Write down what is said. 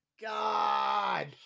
God